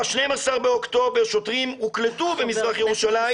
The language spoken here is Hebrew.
ב-12 באוקטובר שוטרים הוקלטו במזרח ירושלים